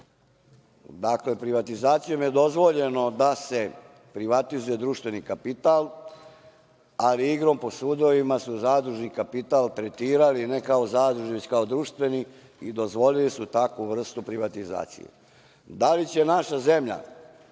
bilo. Dakle, privatizacijom je dozvoljeno da se privatizuje društveni kapital, ali igrom po sudovima su zadružni kapital tretirali ne kao zadružni već kao društveni i dozvolili su takvu vrstu privatizacije. Da li će naša zemlja